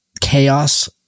chaos